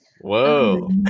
Whoa